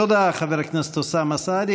תודה, חבר הכנסת אוסאמה סעדי.